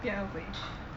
变饿鬼